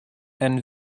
and